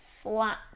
flat